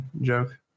joke